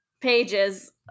pages